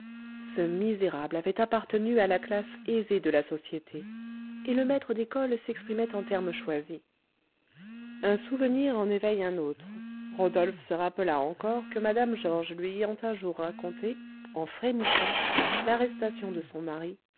ce misérable avait appartenu à la classe aisée de la société et le maître d'école s'exprimait en termes choisis un souvenir en éveille un autre rodolphe se rappela encore que mme georges lui ayant un jour raconté en frémissant l'arrestation de son mari